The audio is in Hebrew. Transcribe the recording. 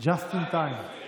אני לא ממש נעול כמה ימים